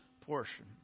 portion